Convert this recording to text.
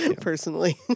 personally